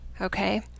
okay